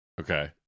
okay